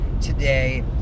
today